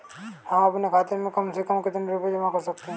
हम अपने खाते में कम से कम कितने रुपये तक जमा कर सकते हैं?